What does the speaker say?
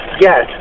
Yes